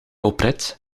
oprit